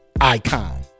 icon